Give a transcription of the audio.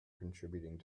contributing